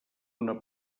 una